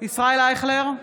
ישראל אייכלר,